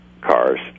cars